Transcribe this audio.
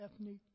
ethnic